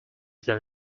than